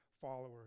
followers